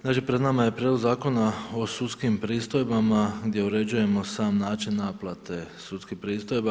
Znači pred nama je Prijedlog zakona o sudskim pristojbama gdje uređujemo sam način naplate sudskih pristojba.